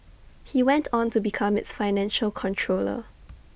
he went on to become its financial controller